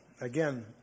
again